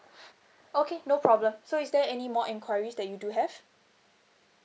okay no problem so is there any more enquiries that you do have